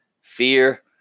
fear